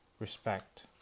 Respect